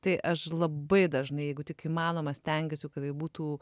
tai aš labai dažnai jeigu tik įmanoma stengiuosi kad tai būtų